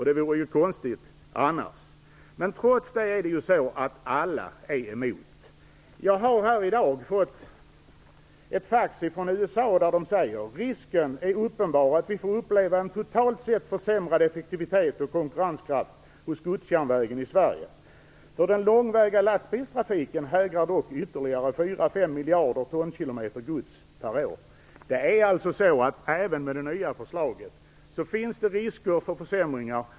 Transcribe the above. Det vore ju konstigt annars. Men trots det är alla emot. Jag har i dag fått ett fax från USA, där det står följande: Risken är uppenbar att vi får uppleva en totalt sett försämrad effektivitet och konkurrenskraft hos godsjärnvägen i Sverige. För den långväga lastbilstrafiken hägrar dock ytterligare 4-5 miljarder tonkilometer gods per år. Även med det nya förslaget finns det risker för försämringar.